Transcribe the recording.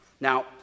Now